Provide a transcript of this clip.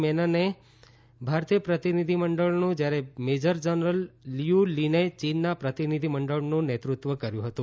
મેનને ભારતીય પ્રતિનિધિમંડળનું જ્યારે મેજર જનરલ લીઉ લીને ચીનના પ્રતિનિધિમંડળનું નેતૃત્વ કર્યું હતું